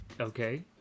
Okay